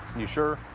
you sure?